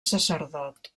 sacerdot